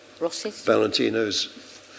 Valentino's